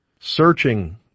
searching